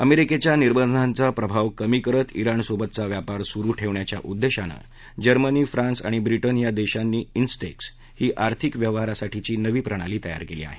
अमेरिकेच्या निर्बंधांचा प्रभाव कमी करत इराणसोबतचा व्यापार सुरु ठेवण्याच्या उद्देशानं जर्मनी फ्रान्स आणि ब्रिटन या देशांनी इन्स्टेक्स ही आर्थिक व्यवहारासाठीची नवी प्रणाली तयार केली आहे